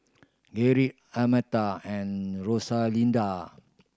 Gerrit Almeta and Rosalinda